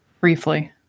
briefly